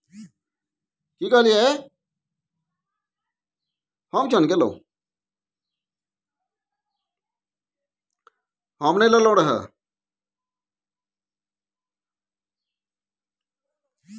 सिंहारिक पात केँ बोखार भेला पर पीला सँ आराम भेटै छै